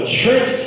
church